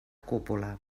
cúpula